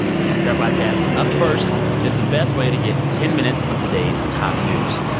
the npr podcast up first is the best way to get ten minutes of the day's top news.